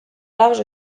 large